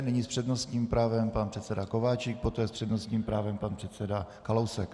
Nyní s přednostním právem pan předseda Kováčik, poté s přednostním právem pan předseda Kalousek.